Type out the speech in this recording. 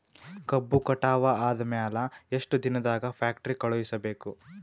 ಕಬ್ಬು ಕಟಾವ ಆದ ಮ್ಯಾಲೆ ಎಷ್ಟು ದಿನದಾಗ ಫ್ಯಾಕ್ಟರಿ ಕಳುಹಿಸಬೇಕು?